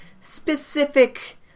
specific